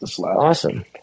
Awesome